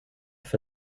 for